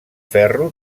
ferro